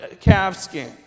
calfskin